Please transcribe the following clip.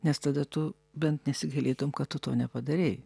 nes tada tu bent nesigailėtum kad tu to nepadarei